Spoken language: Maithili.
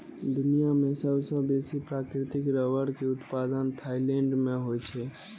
दुनिया मे सबसं बेसी प्राकृतिक रबड़ के उत्पादन थाईलैंड मे होइ छै